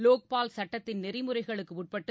லோக்பால் சுட்டத்தின் நெறிமுறைகளுக்கு உட்பட்டு